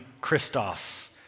Christos